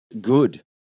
Good